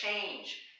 change